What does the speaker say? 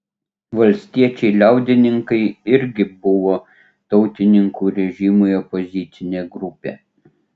valstiečiai liaudininkai irgi buvo tautininkų režimui opozicinė grupė